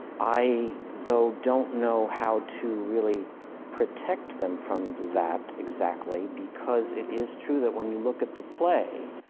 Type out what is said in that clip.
i, though, don't know how to really protect them from that, exactly. because it is true that when you look at the play